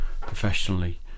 professionally